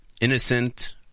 innocent